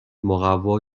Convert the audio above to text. مقوا